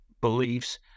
beliefs